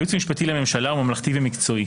הייעוץ המשפטי לממשלה הוא ממלכתי ומקצועי.